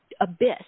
abyss